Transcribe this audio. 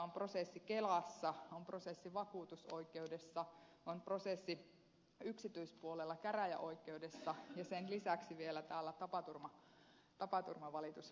on prosessi kelassa on prosessi vakuutusoikeudessa on prosessi yksityispuolella käräjäoikeudessa ja sen lisäksi vielä täällä tapaturmavalituslautakunnassa